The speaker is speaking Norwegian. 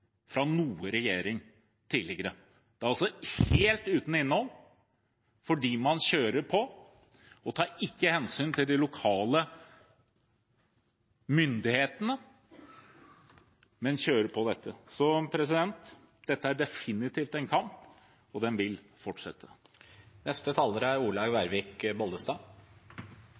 fra noen regjering tidligere – en setning som er helt uten innhold, fordi man ikke tar hensyn til de lokale myndighetene og kjører på med dette. Så dette er definitivt en kamp, og den vil fortsette. Sykehustilbudet og ikke minst kapasiteten er